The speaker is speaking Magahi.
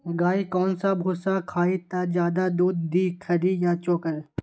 गाय कौन सा भूसा खाई त ज्यादा दूध दी खरी या चोकर?